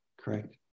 Correct